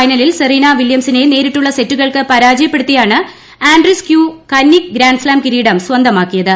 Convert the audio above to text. ഫൈനലിൽ സെറീനാ വില്യംസിനെ നേരിട്ടുള്ള സെറ്റുകൾക്ക് പരാജയപ്പെടുത്തിയാണ് ആൻഡ്രീസ് ക്യൂ കന്നി ഗ്രാൻഡ് കിരീടം സ്വന്തമാക്കിയത്